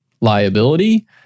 liability